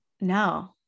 no